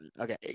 Okay